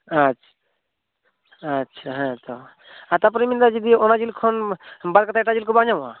ᱟᱪᱪᱷᱟ ᱟᱪᱪᱷᱟ ᱦᱮᱸ ᱟᱨ ᱛᱟᱨᱯᱚᱨᱮᱧ ᱢᱮᱱ ᱮᱫᱟ ᱚᱱᱟ ᱡᱤᱞ ᱠᱷᱚᱱ ᱵᱟᱫ ᱠᱟᱛᱮ ᱮᱴᱟᱜ ᱡᱤᱞ ᱠᱚ ᱵᱟᱝ ᱧᱟᱢᱚᱜᱼᱟ